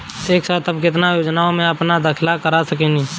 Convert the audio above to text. एक साथ हम केतना योजनाओ में अपना दाखिला कर सकेनी?